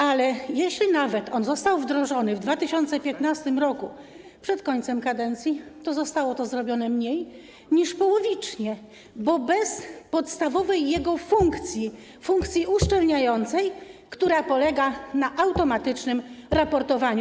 Ale jeśli nawet on został wdrożony w 2015 r., przed końcem kadencji, to zostało to zrobione mniej niż połowicznie, bo bez podstawowej jego funkcji, funkcji uszczelniającej, która polega na automatycznym raportowaniu.